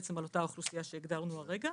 על אותה אוכלוסייה שהגדרנו הרגע,